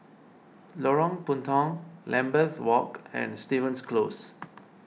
Lorong Puntong Lambeth Walk and Stevens Close